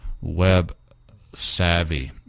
web-savvy